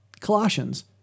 Colossians